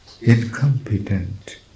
Incompetent